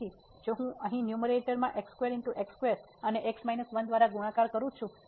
તેથી જો હું અહીં ન્યૂમેરેટરમાં અને x 1 દ્વારા ગુણાકાર કરું છું